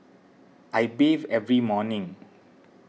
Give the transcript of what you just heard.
I bathe every morning